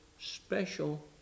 special